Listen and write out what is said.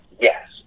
yes